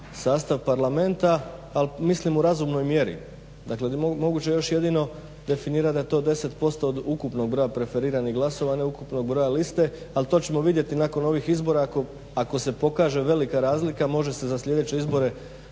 sastav Parlamenta, ali mislim u razumnoj mjeri, dakle moguće je još jedino definirati da je to 10% od ukupnog broja preferiranih glasova, a ne ukupnog broja liste, ali to ćemo vidjeti nakon ovih izbora. Ako se pokaže velika razlika, može se za sljedeće izbore